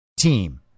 team